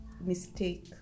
mistake